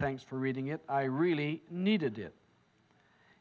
thanks for reading it i really needed it